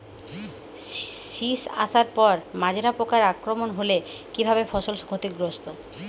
শীষ আসার পর মাজরা পোকার আক্রমণ হলে কী ভাবে ফসল ক্ষতিগ্রস্ত?